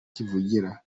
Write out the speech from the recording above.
kivugira